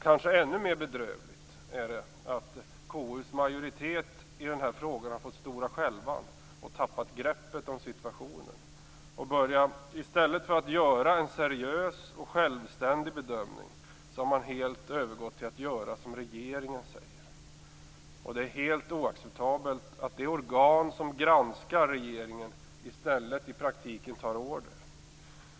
Kanske ännu mer bedrövligt är det att KU:s majoritet har fått stora skälvan i denna fråga och tappat greppet om situationen. Man har i stället för att göra en seriös och självständig bedömning helt övergått till att göra som regeringen säger. Det är helt oacceptabelt att det organ som granskar regeringen i stället i praktiken tar order.